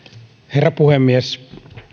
herra puhemies